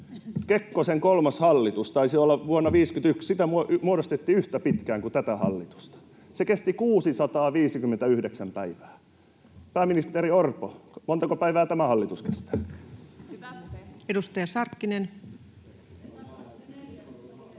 olla vuonna 51 — muodostettiin yhtä pitkään kuin tätä hallitusta. Se kesti 659 päivää. Pääministeri Orpo, montako päivää tämä hallitus kestää? [Speech 126]